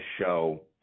show